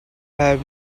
have